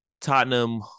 Tottenham